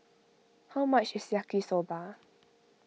how much is Yaki Soba